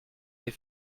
des